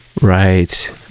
Right